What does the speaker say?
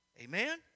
amen